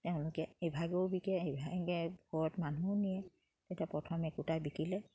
তেওঁলোকে ইভাগেও বিকে এভাগে ঘৰত মানুহ নিয়ে তেতিয়া প্ৰথম একোটা বিকিলে